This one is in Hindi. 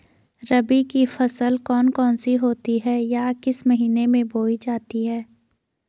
रबी की फसल कौन कौन सी होती हैं या किस महीने में बोई जाती हैं?